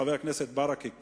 חבר הכנסת ברכה,